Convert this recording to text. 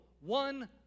One